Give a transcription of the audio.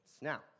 Now